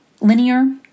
linear